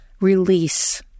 release